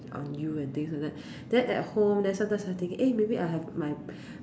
on you and things like that then at home then sometimes I think eh maybe I have my